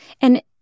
And-